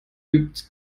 übt